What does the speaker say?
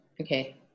Okay